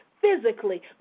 physically